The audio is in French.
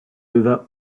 leva